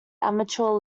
amateur